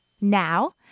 Now